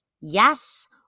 Yes